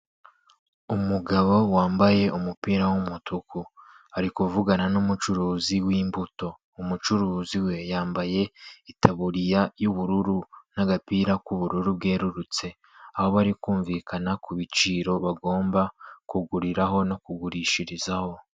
Umugabo wambaye umupira w'umutuku ari kuvugana n'umucuruzi w'imbuto, umucuruzi we yambaye itaburiya y'ubururu n'agapira k'ubururu bwerurutse aho bari kumvikana kubiciro bagomba kuguriraho no kugurishirizaho.